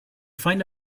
find